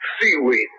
seaweed